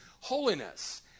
holiness